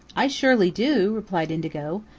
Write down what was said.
i surely do, replied indigo.